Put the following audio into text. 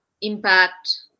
impact